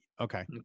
Okay